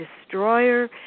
destroyer